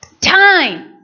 Time